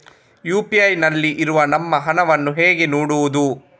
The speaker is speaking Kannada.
ಯು.ಪಿ.ಐ ನಲ್ಲಿ ಇರುವ ನಮ್ಮ ಹಣವನ್ನು ಹೇಗೆ ನೋಡುವುದು?